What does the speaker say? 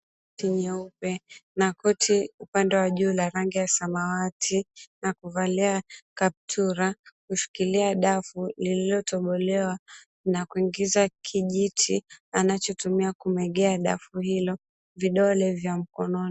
shati nyeupe na koti upande wa juu la rangi ya samawati na kuvalia kaptura kushikilia dafu lililotobolewa na kuingiza kijiti anachotumia kumegea dafu hilo, vidole vya mkononi.